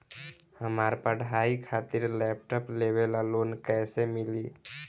हमार पढ़ाई खातिर लैपटाप लेवे ला लोन कैसे मिली?